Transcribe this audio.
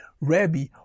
Rabbi